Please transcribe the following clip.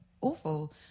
awful